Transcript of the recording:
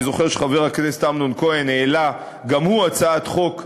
אני זוכר שחבר הכנסת אמנון כהן העלה גם הוא הצעת חוק כאן,